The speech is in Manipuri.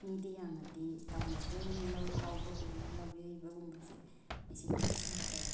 ꯃꯤꯗꯤ ꯌꯥꯝꯅꯗꯤ ꯇꯧꯅꯗ꯭ꯔꯦ ꯃꯤ ꯂꯧ ꯈꯥꯎꯕꯒꯨꯝꯕ ꯂꯧ ꯌꯩꯕꯒꯨꯝꯕꯁꯦ ꯃꯦꯆꯤꯟꯅꯗꯤ ꯁꯤꯟꯈ꯭ꯔꯦ